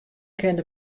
kinne